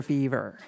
Fever